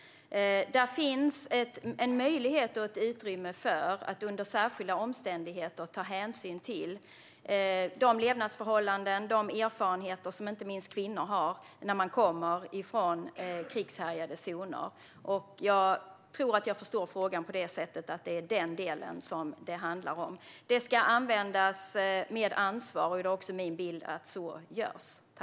Det finns ett utrymme för att under särskilda omständigheter ta hänsyn till de levnadsförhållanden och erfarenheterna hos inte minst kvinnor som kommer från krigshärjade zoner. Om jag förstår frågan rätt är det detta som frågan handlar om. Detta ska användas med ansvar, och det är min bild att så också sker.